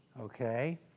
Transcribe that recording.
okay